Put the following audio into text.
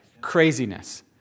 Craziness